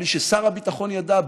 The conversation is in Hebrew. בלי ששר הביטחון ידע,